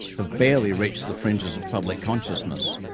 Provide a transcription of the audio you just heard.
have barely reached the fringes of public consciousness.